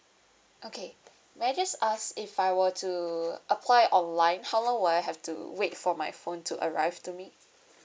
okay may I just ask if I were to apply online how long will I have to wait for my phone to arrive to me